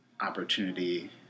opportunity